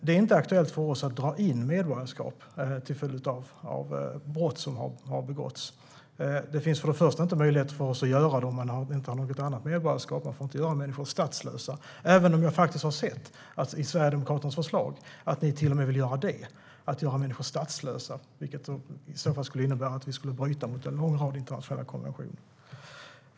Det är inte aktuellt för oss att dra in medborgarskap till följd av brott som har begåtts. Det finns för det första inte möjlighet för oss att göra det om man inte har något annat medborgarskap. Vi får inte göra människor statslösa, även om jag faktiskt har sett i Sverigedemokraternas förslag att ni till och med vill göra det. Ni vill göra människor statslösa, vilket skulle innebära att vi skulle bryta mot en lång rad internationella konventioner.